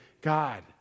God